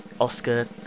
Oscar